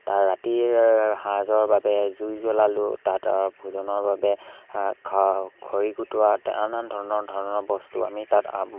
তাৰ ৰাতিৰ সাঁজৰ বাবে জুই জ্বলালোঁ তাত ভোজনৰ বাবে খ খৰি গোটোৱা নানান ধৰণৰ ধৰণৰ বস্তু আমি তাত